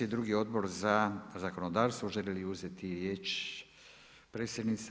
Drugi Odbor za zakonodavstvo, želi li uzeti riječ predsjednica?